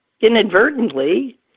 inadvertently